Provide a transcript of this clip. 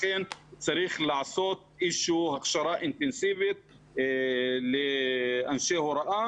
לכן צריך לעשות איזושהי הכשרה אינטנסיבית לאנשי הוראה,